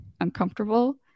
uncomfortable